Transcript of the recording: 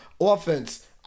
offense